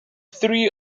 three